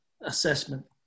assessment